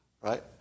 Right